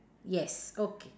yes okay